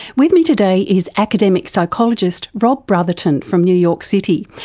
with me today is academic psychologist rob brotherton from new york city,